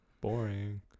Boring